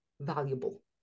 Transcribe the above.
valuable